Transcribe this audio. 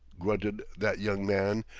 grunted that young man,